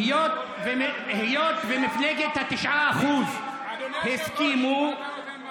היות שמפלגת ה-9% הסכימה,